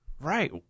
Right